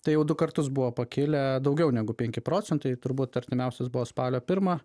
tai jau du kartus buvo pakilę daugiau negu penki procentai turbūt artimiausias buvo spalio pirmą